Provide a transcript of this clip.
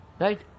Right